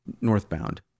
northbound